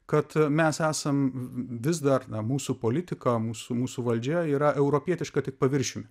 kad mes esam vis dar na mūsų politika mūsų mūsų valdžia yra europietiška tik paviršiumi